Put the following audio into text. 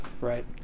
Right